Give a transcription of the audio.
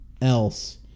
else